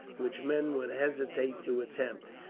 which men would hesitate to attempt.